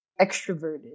extroverted